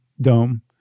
Dome